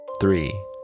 three